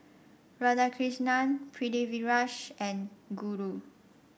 Radhakrishnan Pritiviraj and Guru